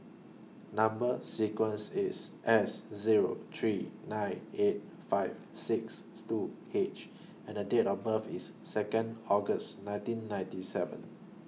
Number sequence IS S Zero three nine eight five six two H and Date of birth IS Second August nineteen ninety seven